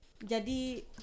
jadi